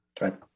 Right